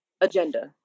agenda